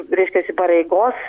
reiškiasi pareigos